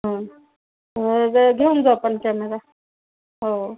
हो तर घेऊन जाऊ आपण कॅमेरा हो